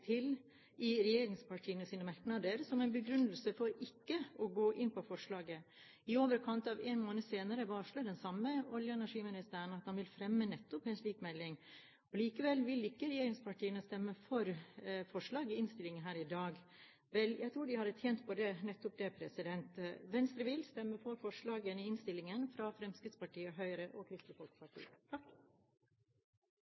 til i regjeringspartienes merknader som en begrunnelse for ikke å gå inn for forslaget. I overkant av en måned senere varsler den samme olje- og energiministeren at han vil fremme nettopp en slik melding. Likevel vil ikke regjeringspartiene stemme for forslaget i innstillingen her i dag. Vel, jeg tror de hadde tjent på nettopp det. Venstre vil stemme for forslaget i innstillingen, fra Fremskrittspartiet, Høyre og Kristelig